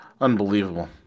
Unbelievable